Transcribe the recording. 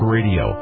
Radio